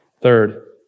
Third